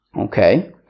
Okay